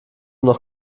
noch